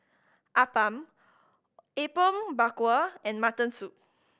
appam Apom Berkuah and mutton soup